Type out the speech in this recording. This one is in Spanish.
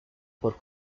por